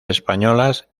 españolas